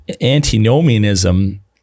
antinomianism